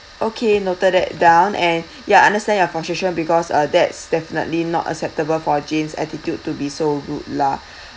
okay noted that down and ya understand your frustration because uh that's definitely not acceptable for jane's attitude to be so rude lah